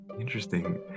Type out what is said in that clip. Interesting